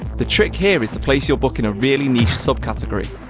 the trick here is to place your book in a really niche sub-category.